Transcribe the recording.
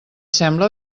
sembla